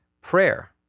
Prayer